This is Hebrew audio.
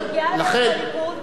אני גאה להיות בליכוד,